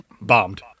bombed